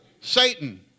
Satan